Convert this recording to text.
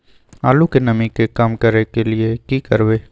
आलू के नमी के कम करय के लिये की करबै?